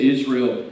Israel